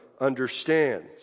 understands